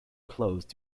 closed